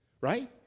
Right